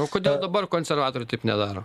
o kodėl dabar konservatoriai taip nedaro